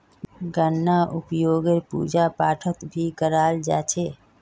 गन्नार उपयोग पूजा पाठत भी कराल जा छे